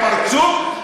בפרצוף,